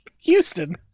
Houston